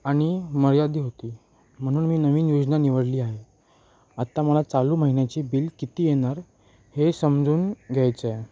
आणि मर्यादित होती म्हणून मी नवीन योजना निवडली आहे आत्ता मला चालू महिन्याची बिल किती येणार हे समजून घ्यायचे आहे